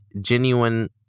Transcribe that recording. genuine